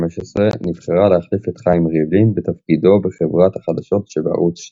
נבחרה להחליף את חיים ריבלין בתפקידו בחברת החדשות שבערוץ 2,